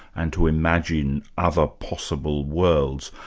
and to imagine other possible worlds,